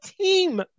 team